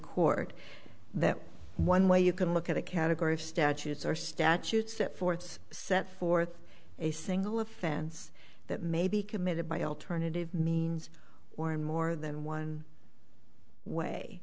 court that one way you can look at a category of statutes or statutes that fourth set forth a single offense that may be committed by alternative means or in more than one way